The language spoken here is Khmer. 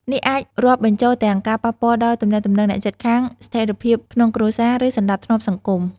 នេះអាចរាប់បញ្ចូលទាំងការប៉ះពាល់ដល់ទំនាក់ទំនងអ្នកជិតខាង ស្ថិរភាពក្នុងគ្រួសារ ឬសណ្តាប់ធ្នាប់សង្គម។